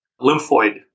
lymphoid